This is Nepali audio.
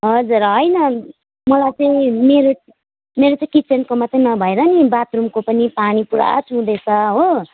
हजर होइन मलाई चाहिँ मेरो मेरो चाहिँ किचनको मात्रै नभएर नि बाथरुमको पनि पानी पुरा चुहुँदैछ हो